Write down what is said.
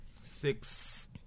Six